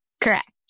Correct